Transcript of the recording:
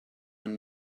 man